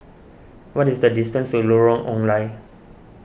what is the distance to Lorong Ong Lye